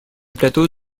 plateau